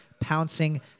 pouncing